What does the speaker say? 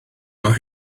mae